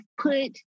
put